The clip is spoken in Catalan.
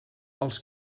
els